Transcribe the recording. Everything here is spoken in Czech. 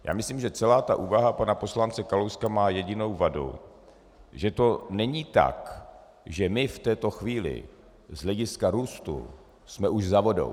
Já myslím, že celá ta úvaha pana poslance Kalouska má jedinou vadu že to není tak, že my v této chvíli z hlediska růstu jsme už za vodou.